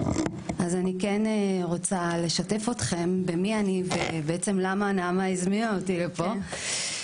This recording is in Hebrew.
אז אני כן רוצה לשתף אתכם במי אני ולמה נעמה הזמינה אותי לכאן.